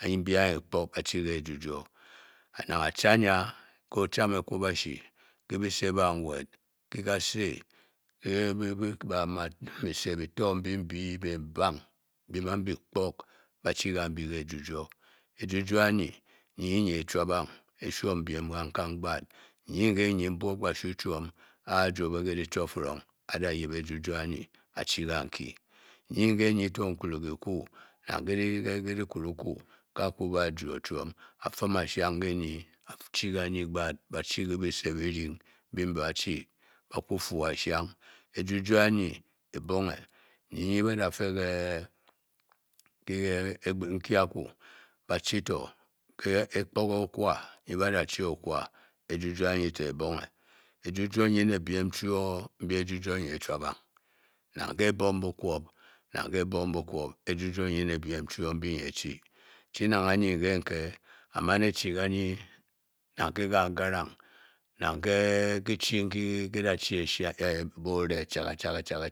Ba'yip nbyi anyi kpok ba-chi ke e-ju-juo, nang a-cha nyi a'ke ozam ekwabashi, ké byise báa-nwet, ke kase, ke byise byi fó nbyi byi bii bang byiem a'byi gpok ba- chi ke ejujuo. Eju-juo anyi nyi ke nyi e'chwapang e'shwon byiem gbaa't, nyi ke'nyi nbwop kashu chwom ka'a ruobe ke dyicifering a'da' yip ejujuo anyi a-chi ka'nkyi nyike nyi to nkyle kyi ku nang ke dykru-ku ka'ku ma juo-chwom, a-fúm a-shang ke nyi a-chi ka'nyi gbaa't ba'=chi ke byise byiring nbyi ba'chi ba'ku fu' ashang ejújuõ anyi ebonge nyike ba'da fe ke gboge okwa nyi ba'da shéé okwa, ejujuo nyi ne byiem chwo nyi-nyi chwa'pong, nang ke ebong bũkwop eju juo nyi ne byiem chwo nyi-nyichwapang chi nang anyi keu'-ke a maun e-chi kanyi nang ke-kaa'garang nang ké kyichi nkyi da chi-borê chagachagâ